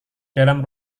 dalam